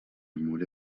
mur